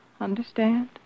understand